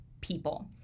people